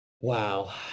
Wow